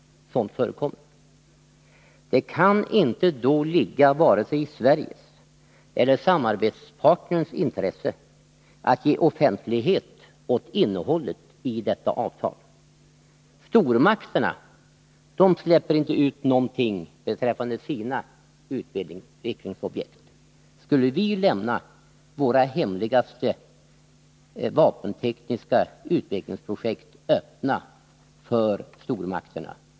Sådant förekommer. Det kan då inte ligga vare sig i Sveriges eller i samarbetspartnerns intresse att ge offentlighet åt innehållet i detta avtal. Stormakterna släpper inte ut någonting beträffande sina utvecklingsprojekt. Skulle vi lämna våra hemligaste vapentekniska utvecklingsprojekt öppna för stormakterna?